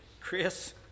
Chris